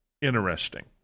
interesting